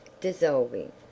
dissolving